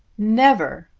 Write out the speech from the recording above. never!